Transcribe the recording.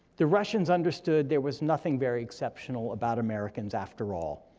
the russians understood there was nothing very exceptional about americans after all.